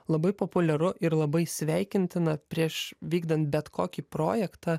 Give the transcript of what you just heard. labai populiaru ir labai sveikintina prieš vykdant bet kokį projektą